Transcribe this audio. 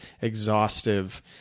exhaustive